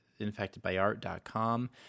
infectedbyart.com